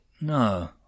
No